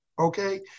okay